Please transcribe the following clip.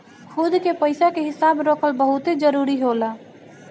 खुद के पइसा के हिसाब रखल बहुते जरूरी होला